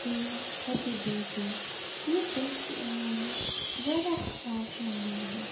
چھُ مےٚ happy birthday یہِ دۄہ چھُ یِوان مےٚ واریاہ خاص مَناونہٕ